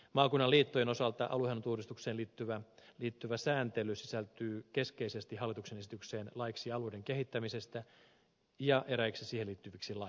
maakunnan liittojen osalta aluehallintouudistukseen liittyvä sääntely sisältyy keskeisesti hallituksen esitykseen laiksi alueiden kehittämisestä ja eräiksi siihen liittyviksi laeiksi